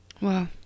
Wow